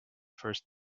first